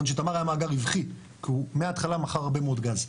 שתמר היה מאגר רווחי כי מהתחלה הוא מכר הרבה מאוד גז,